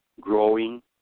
growing